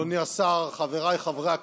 אדוני השר, חבריי חברי הכנסת,